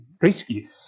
risky